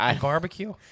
Barbecue